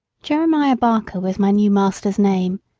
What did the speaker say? jeremiah barker was my new master's name,